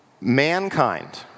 Mankind